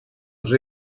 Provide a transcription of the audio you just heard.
els